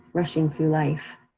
rushing through life.